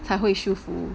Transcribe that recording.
才会舒服